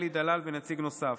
אלי דלל ונציג נוסף,